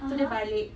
(uh huh)